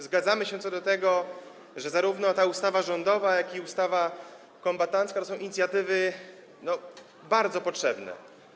Zgadzamy się co do tego, że zarówno ta ustawa rządowa, jak i ustawa kombatancka to inicjatywy bardzo potrzebne.